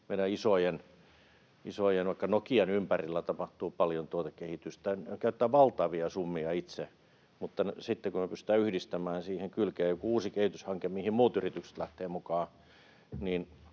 vaikkapa Nokian ympärillä tapahtuu paljon tuotekehitystä, ne käyttävät valtavia summia itse, mutta sitten kun me pystytään yhdistämään siihen kylkeen joku uusi kehityshanke, mihin muut yritykset lähtevät mukaan,